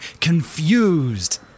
confused